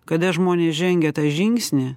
kada žmonės žengia tą žingsnį